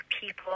people